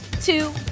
two